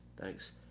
Thanks